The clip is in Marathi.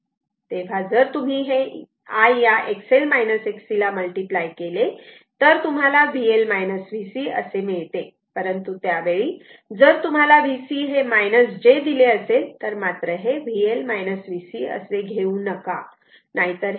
तेव्हा जर तुम्ही हे I या XL Xc ला मल्टिप्लाय केले तर तुम्हाला VL VC मिळते परंतु त्यावेळी जर तुम्हाला VC हे j दिले असेल तर मात्र हे VL VC असे घेऊ नका नाहीतर हे पॉझिटिव्ह होईल